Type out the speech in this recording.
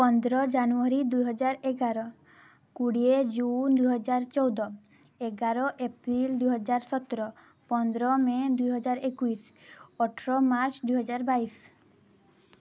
ପନ୍ଦର ଜାନୁଆରୀ ଦୁଇହଜାର ଏଗାର କୋଡ଼ିଏ ଜୁନ୍ ଦୁଇହଜାର ଚଉଦ ଏଗାର ଏପ୍ରିଲ୍ ଦୁଇହଜାର ସତର ପନ୍ଦର ମେ ଦୁଇହଜାର ଏକୋଇଶି ଅଠର ମାର୍ଚ୍ଚ ଦୁଇହଜାର ବାଇଶି